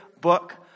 book